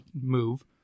move